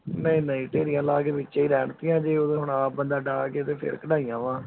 ਨਹੀਂ ਨਹੀਂ ਢੇਰੀਆਂ ਲਾ ਕੇ ਵਿੱਚ ਹੀ ਰਹਿਣ ਦਿੱਤੀਆਂ ਜੇ ਉਹ ਤਾਂ ਹੁਣ ਆਪ ਬੰਦਾ ਡਾ ਕੇ ਤਾਂ ਫਿਰ ਕਢਾਈਆਂ ਵਾ